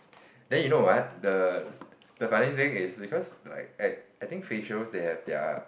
then you know what the the funny thing is because like I I think facial they have their